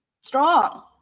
strong